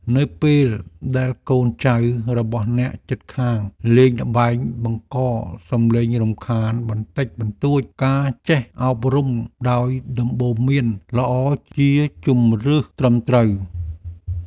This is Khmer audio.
នៅពេលដែលកូនចៅរបស់អ្នកជិតខាងលេងល្បែងបង្កសំឡេងរំខានបន្តិចបន្តួចការចេះអប់រំដោយដំបូន្មានល្អជាជម្រើសត្រឹមត្រូវ។